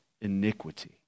iniquity